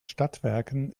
stadtwerken